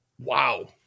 Wow